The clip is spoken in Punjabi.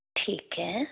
ਠੀਕ ਹੈ